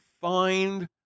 find